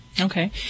Okay